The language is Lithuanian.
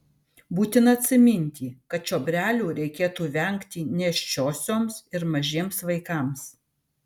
būtina atsiminti kad čiobrelių reikėtų vengti nėščiosioms ir mažiems vaikams